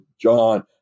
John